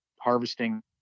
harvesting